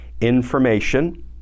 information